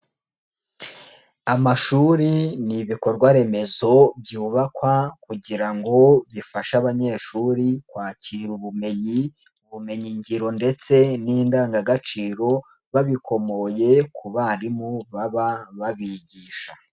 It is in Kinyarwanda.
Amashuri ni ibikorwaremezo byubakwa kugira ngo bifashe abanyeshuri kwakira ubumenyi, ubumenyingiro ndetse n'indangagaciro babikomoye ku barimu baba babigisha.